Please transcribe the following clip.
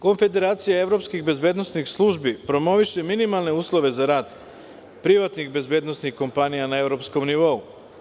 Konfederacija evropskih bezbednosnih službi promoviše minimalne uslove za rad privatnih bezbednosnih kompanija na evropskom nivou.